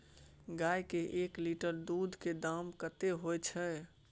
गाय के एक लीटर दूध के दाम कतेक होय छै?